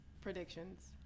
Predictions